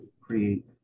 create